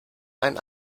ein